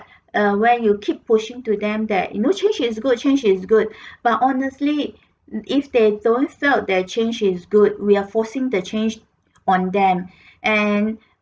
uh where you keep pushing to them that you know change is good change is good but honestly if they don't felt that change is good we are forcing the change on them and